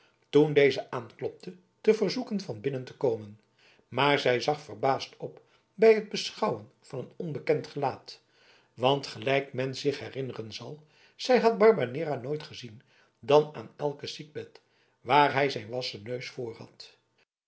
toen deze aanklopte te verzoeken van binnen te komen maar zij zag verbaasd op bij het beschouwen van een onbekend gelaat want gelijk men zich herinneren zal zij had barbanera nooit gezien dan aan elskens ziekbed waar hij zijn wassen neus voorhad